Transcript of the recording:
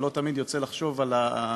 ולא תמיד יוצא לחשוב על העתיד.